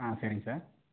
ஆ சரிங்க சார்